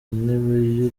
ntebe